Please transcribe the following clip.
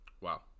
wow